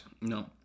No